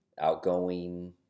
outgoing